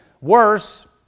worse